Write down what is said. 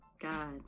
God